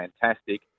fantastic